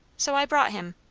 so i brought him.